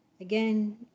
Again